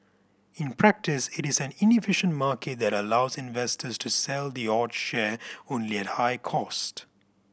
in practice it is an inefficient market that allows investors to sell the odd share only at high cost